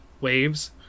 waves